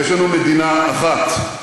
יש לנו מדינה אחת,